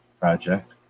project